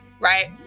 Right